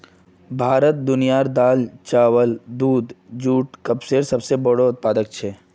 भारत दुनियार दाल, चावल, दूध, जुट आर कपसेर सबसे बोड़ो उत्पादक छे